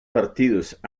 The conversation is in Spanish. partidos